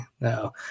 No